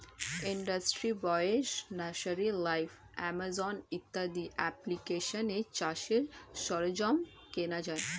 industry বাইশ, nursery live, Amazon ইত্যাদি অ্যাপ্লিকেশানে চাষের সরঞ্জাম কেনা যায়